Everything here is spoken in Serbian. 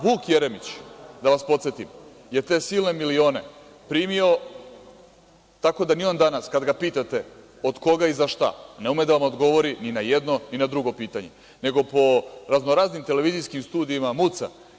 Vuk Jeremić, da vas podsetim, je te silne milione primio tako da ni on danas kada ga pitate – od koga i za šta, ne ume da vam odgovori ni na jedno ni na drugo pitanje, nego po raznoraznim televizijskim studijima muca.